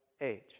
age